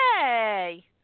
Hey